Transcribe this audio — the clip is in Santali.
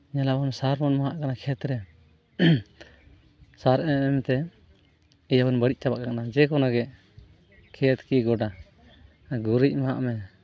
ᱧᱮᱞᱟᱵᱚᱱ ᱥᱟᱨ ᱵᱚᱱ ᱮᱢᱟᱜ ᱠᱟᱱᱟ ᱠᱷᱮᱛ ᱨᱮ ᱥᱟᱨ ᱮᱢ ᱮᱢ ᱵᱟᱹᱲᱤᱡ ᱪᱟᱵᱟ ᱠᱟᱜ ᱠᱟᱱᱟ ᱡᱮ ᱠᱳᱱᱳ ᱜᱮ ᱠᱷᱮᱛ ᱠᱤ ᱜᱚᱰᱟ ᱜᱩᱨᱤᱡ ᱮᱢᱟᱜ ᱢᱮ